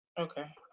Okay